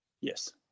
Yes